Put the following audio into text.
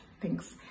Thanks